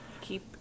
Keep